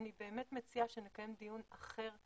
אני באמת מציעה שנקיים דיון אחר,